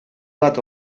bat